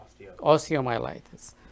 osteomyelitis